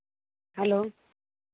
hello